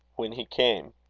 when he came